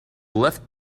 left